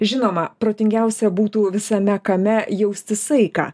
žinoma protingiausia būtų visame kame jausti saiką